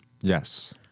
Yes